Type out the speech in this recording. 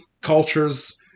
cultures